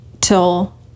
Till